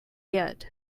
yet